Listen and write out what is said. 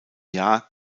jahr